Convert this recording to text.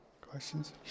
questions